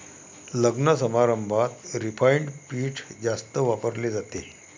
लग्नसमारंभात रिफाइंड पीठ जास्त वापरले जाते